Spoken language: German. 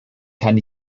kann